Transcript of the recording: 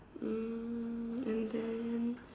um and then